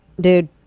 Dude